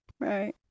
Right